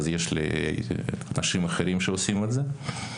אז יש לי אנשים אחרים שעושים את זה,